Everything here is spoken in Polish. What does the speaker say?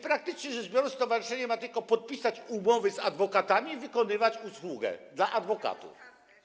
Praktycznie rzecz biorąc, stowarzyszenie ma tylko podpisać umowy z adwokatami i wykonywać usługę dla adwokatów.